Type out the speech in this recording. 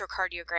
electrocardiogram